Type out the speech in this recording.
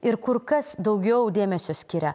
ir kur kas daugiau dėmesio skiria